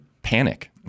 panic